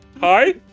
hi